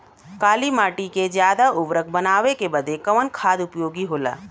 काली माटी के ज्यादा उर्वरक बनावे के बदे कवन खाद उपयोगी होला?